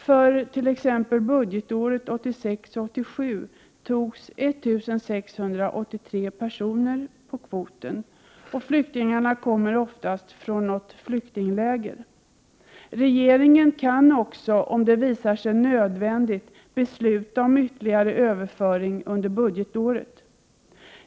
För t.ex. budgetåret 1986/87 togs 1 683 personer emot på kvoten. Flyktingarna kommer oftast från något flyktingläger. Regeringen kan också, om det visar sig nödvändigt, besluta om ytterligare överföring under budgetåret.